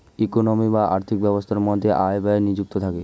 economy বা আর্থিক ব্যবস্থার মধ্যে আয় ব্যয় নিযুক্ত থাকে